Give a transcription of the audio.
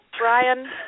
Brian